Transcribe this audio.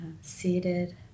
seated